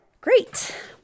Great